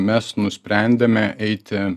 mes nusprendėme eiti